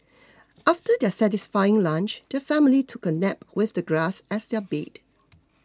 after their satisfying lunch the family took a nap with the grass as their bed